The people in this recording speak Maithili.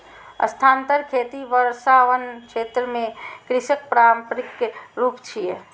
स्थानांतरण खेती वर्षावन क्षेत्र मे कृषिक पारंपरिक रूप छियै